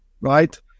right